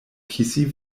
kisi